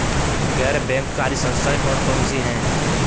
गैर बैंककारी संस्थाएँ कौन कौन सी हैं?